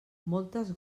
moltes